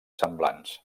semblants